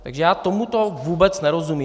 Takže já tomuto vůbec nerozumím!